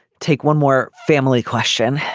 take one more family question